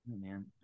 Man